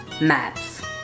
maps